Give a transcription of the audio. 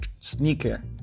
sneaker